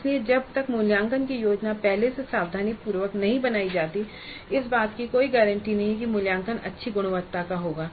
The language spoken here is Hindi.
इसलिए जब तक मूल्यांकन की योजना पहले से सावधानीपूर्वक नहीं बनाई जाती है इस बात की कोई गारंटी नहीं है कि मूल्यांकन अच्छी गुणवत्ता का होगा